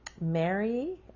Mary